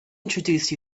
introduce